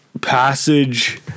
passage